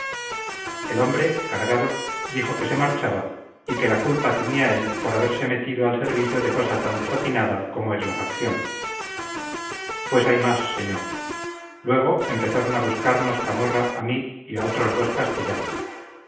el hombre cargado dijo que se marchaba y que la culpa tenía él por haberse metido al servicio de cosa tan desatinada como es la facción pues hay más señor luego empezaron a buscarnos camorra a mí y a otros dos castellanos